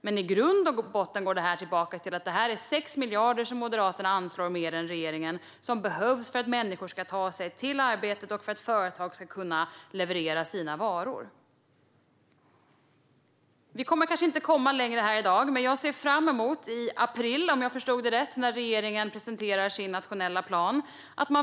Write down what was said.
Men i grund och botten går det hela tillbaka till att Moderaterna satsar 6 miljarder mer än regeringen och att detta är pengar som behövs för att människor ska ta sig till arbetet och för att företag ska kunna leverera sina varor. Vi kommer kanske inte att komma längre här i dag. Men jag ser fram emot april - om jag förstod det rätt - då regeringen presenterar sig nationella plan.